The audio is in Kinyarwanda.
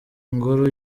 ingoro